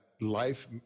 life